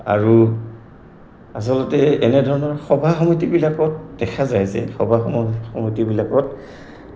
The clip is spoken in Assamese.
আৰু আচলতে এনেধৰণৰ সভা সমতিবিলাকত দেখা যায় যে সভা সমতিবিলাকত